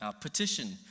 Petition